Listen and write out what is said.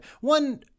one